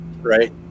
right